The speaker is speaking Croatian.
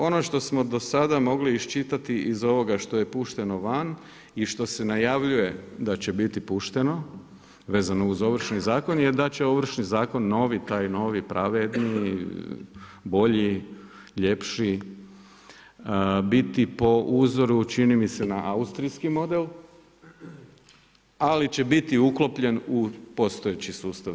Ono što smo do sada mogli iščitati iz ovoga što je pušteno van i što se najavljuje da će biti pušteno vezano uz Ovršni zakon je da će Ovršni zakon novi, taj novi pravedniji, bolji, ljepši, biti po uzoru čini mi se, na austrijski model ali će biti uklopljen u postojeći sustav.